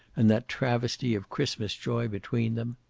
and that travesty of christmas joy between them.